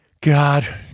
God